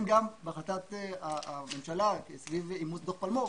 גם בהחלטת הממשלה סביב אימוץ דוח פלמור,